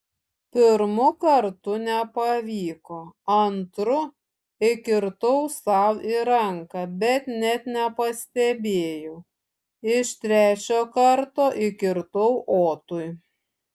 pirmu kartu nepavyko antru įkirtau sau į ranką bet net nepastebėjau iš trečio karto įkirtau otui